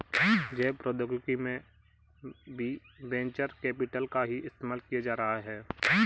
जैव प्रौद्योगिकी में भी वेंचर कैपिटल का ही इस्तेमाल किया जा रहा है